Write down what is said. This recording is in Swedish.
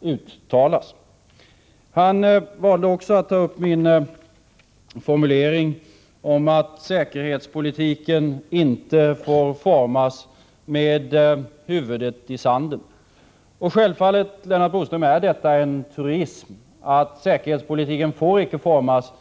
åsikt som jag här har framfört uttalas. Utrikesministern valde också att beröra min formulering om att säkerhetspolitiken inte får formas med huvudet i sanden. Självfallet, Lennart Bodström, är denna formulering en truism.